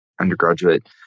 undergraduate